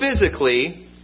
physically